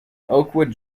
oakwood